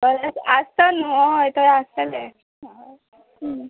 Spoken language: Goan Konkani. बरें आसता न्हू हय थंय आसतले